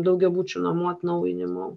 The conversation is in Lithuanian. daugiabučių namų atnaujinimo